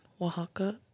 oaxaca